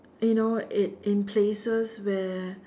you know in in places where